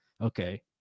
Okay